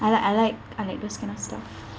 I like I like I like those kind of stuff